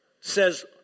says